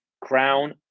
crown